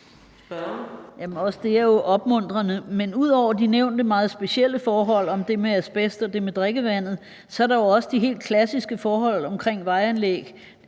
det er jo opmuntrende, men ud over de nævnte meget specielle forhold om det med asbest og det med drikkevandet er der jo også de helt klassiske forhold omkring vejanlæg.